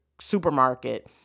supermarket